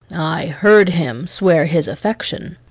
i heard him swear his affection.